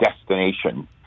destination